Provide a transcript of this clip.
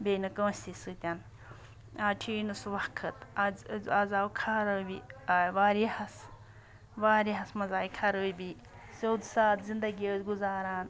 بیٚیہِ نہٕ کٲنٛسی سۭتۍ آز چھُ یی نہٕ سُہ وقت آز آز آو خرٲبی آے واریاہَس واریاہَس منٛز آیہِ خرٲبی سیوٚد سادٕ زِندگی ٲسۍ گُزاران